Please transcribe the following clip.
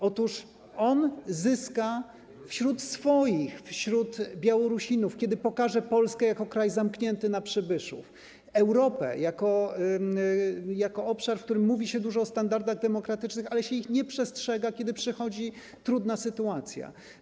Otóż on zyska wśród swoich, wśród Białorusinów, kiedy pokaże Polskę jako kraj zamknięty na przybyszów, Europę jako obszar, w którym mówi się dużo o standardach demokratycznych, ale się ich nie przestrzega, kiedy przychodzi trudna sytuacja.